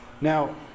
Now